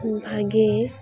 ᱵᱷᱟᱜᱮ